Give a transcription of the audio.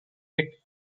yet